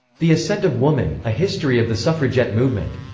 the ascent of woman a history of the suffragette movement.